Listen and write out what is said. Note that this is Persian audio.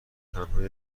تنها